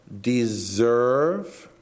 deserve